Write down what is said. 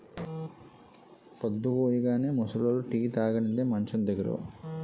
పొద్దుకూయగానే ముసలోళ్లు టీ తాగనిదే మంచం దిగరు